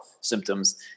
symptoms